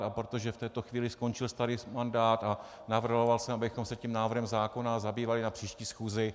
A protože v této chvíli skončil starý mandát, navrhoval jsem, abychom se návrhem zákona zabývali na příští schůzi.